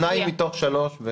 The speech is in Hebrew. שניים מתוך שלושה.